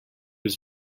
was